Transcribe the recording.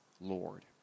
Lord